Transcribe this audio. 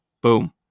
Boom